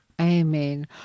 Amen